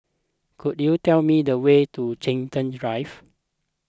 could you tell me the way to Chiltern Drive